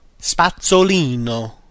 spazzolino